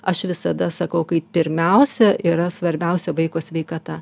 aš visada sakau kai pirmiausia yra svarbiausia vaiko sveikata